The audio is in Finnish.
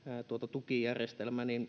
tukijärjestelmä